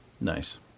Nice